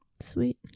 sweet